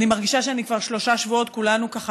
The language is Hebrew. אני מרגישה שכבר שלושה שבועות כולנו ככה